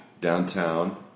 Downtown